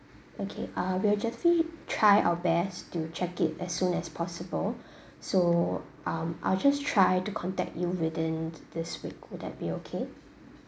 okay uh we'll definitely try our best to check it as soon as possible so um I'll just try to contact you within this week will that be okay